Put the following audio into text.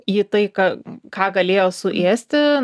į tai ką ką galėjo suėsti